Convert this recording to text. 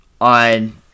on